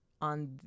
on